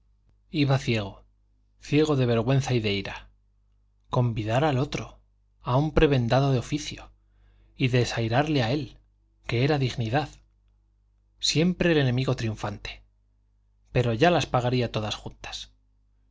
iba ciego ciego de vergüenza y de ira convidar al otro a un prebendado de oficio y desairarle a él que era dignidad siempre el enemigo triunfante pero ya las pagaría todas juntas